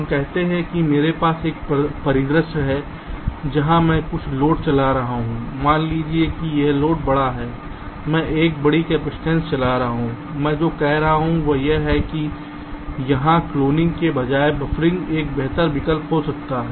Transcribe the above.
हम कहते हैं मेरे पास एक परिदृश्य है जहां मैं कुछ लोड चला रहा हूं मान लीजिए कि यह लोड बड़ा है मैं एक बड़ी कपसिटंस चला रहा हूं मैं जो कह रहा हूं वह यह है कि यहां क्लोनिंग के बजाय बफरिंग एक बेहतर विकल्प हो सकता है